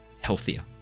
healthier